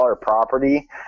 property